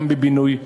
גם בבינוי,